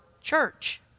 church